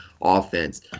offense